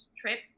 trip